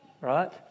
Right